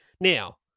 Now